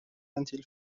until